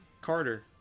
Carter